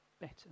better